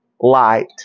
light